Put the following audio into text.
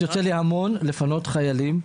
יוצא לי המון לפנות חיילים,